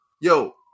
Yo